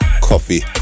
Coffee